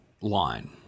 line